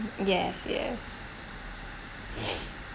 yes yes